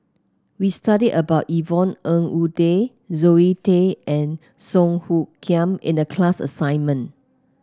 we studied about Yvonne Ng Uhde Zoe Tay and Song Hoot Kiam in the class assignment